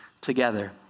together